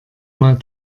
mal